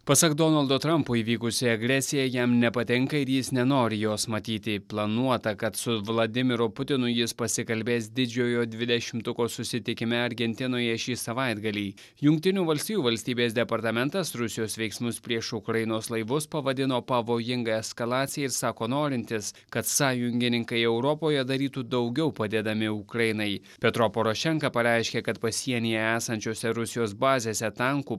pasak donaldo trampo įvykusi agresija jam nepatinka ir jis nenori jos matyti planuota kad su vladimiru putinu jis pasikalbės didžiojo dvidešimtuko susitikime argentinoje šį savaitgalį jungtinių valstijų valstybės departamentas rusijos veiksmus prieš ukrainos laivus pavadino pavojinga eskalacija ir sako norintis kad sąjungininkai europoje darytų daugiau padėdami ukrainai petro porošenka pareiškė kad pasienyje esančiose rusijos bazėse tankų